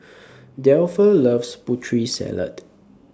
Delpha loves Putri Salad